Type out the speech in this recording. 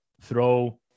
throw